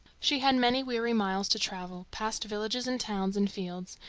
she had many weary miles to travel, past villages and towns and fields,